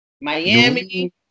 Miami